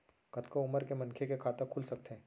कतका उमर के मनखे के खाता खुल सकथे?